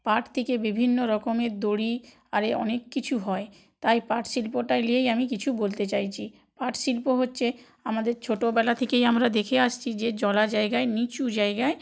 পাট থিকে বিভিন্ন রকমের দড়ি আরে অনেক কিছু হয় তাই পাট শিল্পটা নিয়েই আমি কিছু বলতে চাইছি পাট শিল্প হচ্ছে আমাদের ছোটোবেলা থেকেই আমরা দেখে আসছি যে জলা জায়গায় নীচু জায়গায়